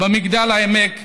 במגדל העמק,